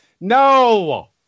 no